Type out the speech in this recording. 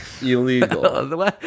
illegal